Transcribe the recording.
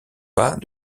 pas